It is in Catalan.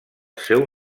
seu